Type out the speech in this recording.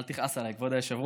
אל תכעס עליי, כבוד היושב-ראש.